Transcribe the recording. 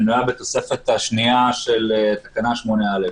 למה הפורמט הזה, ולא מתייחסים ל-7 מטר רבוע?